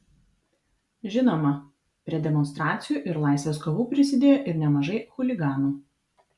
žinoma prie demonstracijų ir laisvės kovų prisidėjo ir nemažai chuliganų